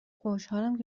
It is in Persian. خوشحالم